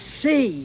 see